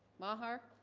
maher